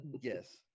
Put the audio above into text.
Yes